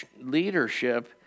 leadership